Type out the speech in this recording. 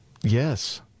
Yes